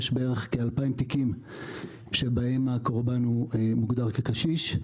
יש בערך 2,000 תיקים שבהם הקורבן מוגדר כקשיש.